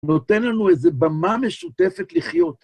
נותן לנו איזו במה משותפת לחיות.